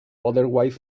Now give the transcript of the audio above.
otherwise